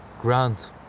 ground